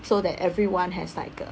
so that everyone has like a